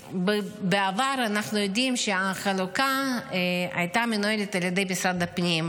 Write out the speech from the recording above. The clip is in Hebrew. בעבר אנחנו יודעים שהחלוקה הייתה מנוהלת על ידי משרד הפנים.